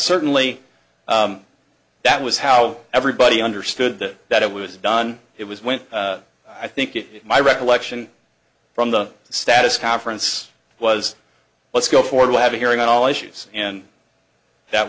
certainly that was how everybody understood that that it was done it was when i think it my recollection from the status conference was let's go forward to have a hearing on all issues and that